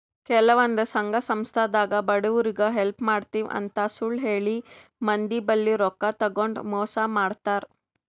ಕೆಲವಂದ್ ಸಂಘ ಸಂಸ್ಥಾದಾಗ್ ಬಡವ್ರಿಗ್ ಹೆಲ್ಪ್ ಮಾಡ್ತಿವ್ ಅಂತ್ ಸುಳ್ಳ್ ಹೇಳಿ ಮಂದಿ ಬಲ್ಲಿ ರೊಕ್ಕಾ ತಗೊಂಡ್ ಮೋಸ್ ಮಾಡ್ತರ್